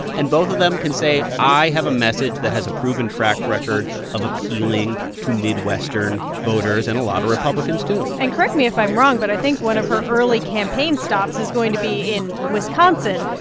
and both of them can say, i have a message that has a proven track record of appealing to midwestern voters and a lot of republicans, too and correct me if i'm wrong, but i think one of her early campaign stops is going to be in wisconsin,